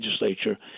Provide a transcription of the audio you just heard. legislature